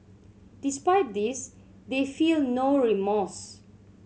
despite this they feel no remorse